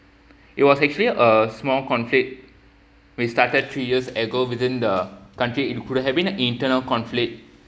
it was actually a small conflict which started three years ago within the country into having internal conflict